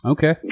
Okay